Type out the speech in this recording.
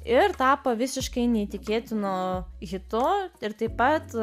ir tapo visiškai neįtikėtinu hitu ir taip pat